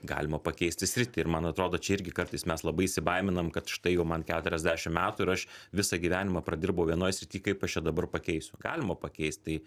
galima pakeisti sritį ir man atrodo čia irgi kartais mes labai įsibaiminam kad štai jau man keturiasdešimt metų ir aš visą gyvenimą pradirbau vienoj srity kaip aš čia dabar pakeisiu galima pakeist tai